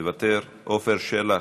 מוותר, עפר שלח,